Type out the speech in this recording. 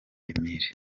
emile